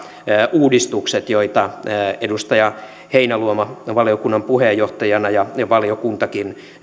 uudistukset joita edustaja heinäluoma valiokunnan puheenjohtajana ja valiokuntakin